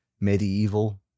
medieval